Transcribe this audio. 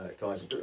guys